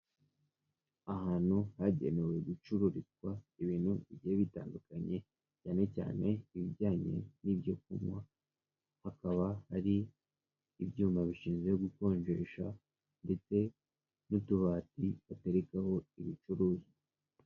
Ahantu hagenewe gucururizwa ibintu bigiye bitandukanye, cyane cyane ibijyanye n'ibyo kunywa, hakaba hari ibyuma bishinzwe gukonjesha ndetse n'utubati baterekaho ibicuruzwa.